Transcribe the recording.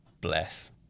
Bless